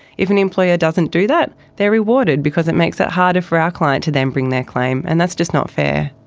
if an employer doesn't do that they are rewarded because it makes it harder for our clients to then bring their claim, and that's just not fair.